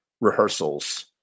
rehearsals